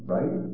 Right